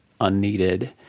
unneeded